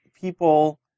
people